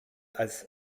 als